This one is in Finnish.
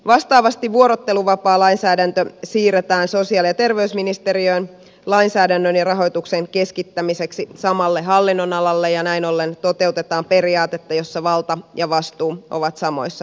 vastaavasti vuorotteluvapaalainsäädäntö siirretään sosiaali ja terveysministeriöön lainsäädännön ja rahoituksen keskittämiseksi samalle hallinnonalalle ja näin ollen toteutetaan periaatetta jossa valta ja vastuu ovat samoissa käsissä